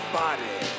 body